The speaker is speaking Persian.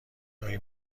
گاهی